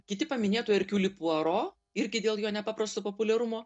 kiti paminėtų erkiulį puaro irgi dėl jo nepaprasto populiarumo